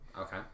Okay